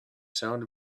sound